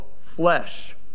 flesh